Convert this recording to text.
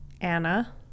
Anna